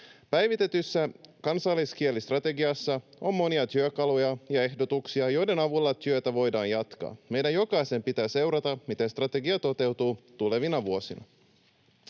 Päivitetyssä kansalliskielistrategiassa on monia työkaluja ja ehdotuksia, joiden avulla työtä voidaan jatkaa. Meidän jokaisen pitää seurata, miten strategia toteutuu tulevina vuosina.